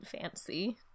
fancy